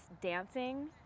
dancing